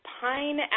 pine